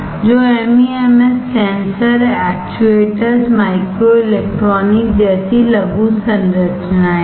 तो MEMS sensor actuators microelectronic जैसी लघु संरचनाएं हैं